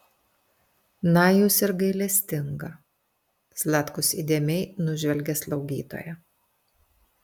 na jūs ir gailestinga zlatkus įdėmiai nužvelgė slaugytoją